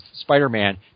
Spider-Man